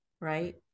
right